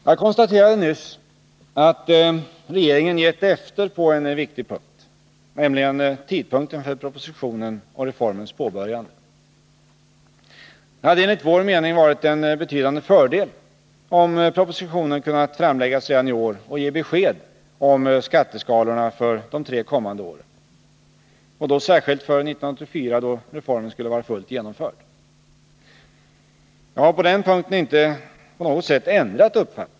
Jag konstaterade nyss att regeringen gett efter på en viktig punkt, nämligen beträffande tidpunkten för propositionen och reformens påbörjande. Det hade enligt vår mening varit en betydande fördel om propositionen kunnat framläggas redan i år och ge besked om skatteskalorna för de tre kommande åren — och då särskilt för 1984, då reformen skulle vara fullt genomförd. Jag har på den punkten inte på något sätt ändrat uppfattning.